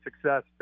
success